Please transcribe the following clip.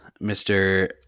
Mr